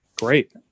Great